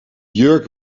jurk